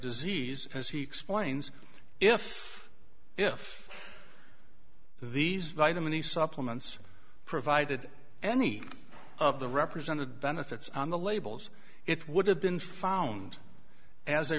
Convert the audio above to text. disease as he explains if if these vitamin d supplements provided any of the represented benefits on the labels it would have been found as a